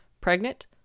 pregnant